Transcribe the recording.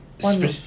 One